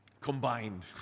Combined